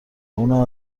اونم